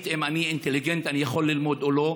אם אני אינטליגנט ואני יכול ללמוד או לא.